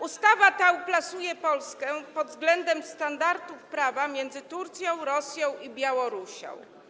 Ustawa ta uplasuje Polskę pod względem standardów prawa między Turcją, Rosją i Białorusią.